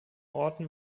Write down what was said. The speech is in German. orten